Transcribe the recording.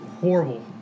horrible